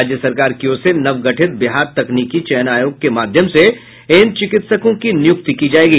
राज्य सरकार की ओर से नवगठित बिहार तकनीकी चयन आयोग के माध्यम से इन चिकित्सकों की नियुक्ति की जायेगी